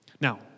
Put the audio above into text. Now